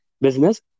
business